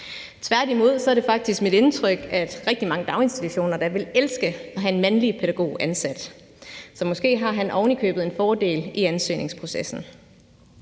Tværtimod er det faktisk mit indtryk, at der er rigtig mange daginstitutioner, der ville elske at have en mandlig pædagog ansat. Så måske har han ovenikøbet en fordel i ansøgningsprocessen.